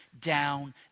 down